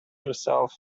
herself